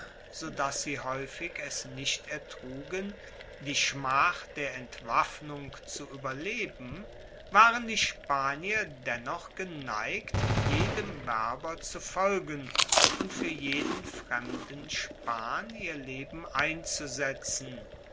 dass sie haeufig es nicht ertrugen die schmach der entwaffnung zu ueberleben waren die spanier dennoch geneigt jedem werber zu folgen und fuer jeden fremden span ihr leben einzusetzen